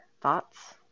thoughts